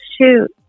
shoot